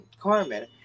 Carmen